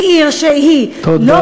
היא עיר שהיא תודה.